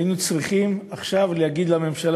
היינו צריכים עכשיו להגיד לממשלה,